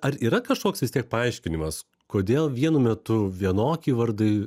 ar yra kažkoks vis tiek paaiškinimas kodėl vienu metu vienoki vardai